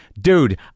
dude